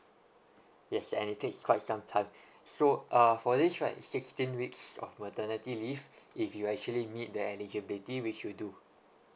yes and it takes quite some time so uh for this right sixteen weeks of maternity leave if you actually meet the eligibility which you do